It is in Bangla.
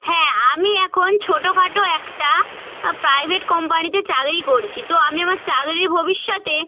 হ্যাঁ আমি এখন ছোটোখাটো একটা প্রাইভেট কোম্পানিতে চাকরি করছি তো আমি আমার চাকরি ভবিষ্যতে